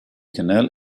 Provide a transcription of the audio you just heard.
canal